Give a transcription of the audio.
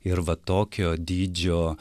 ir va tokio dydžio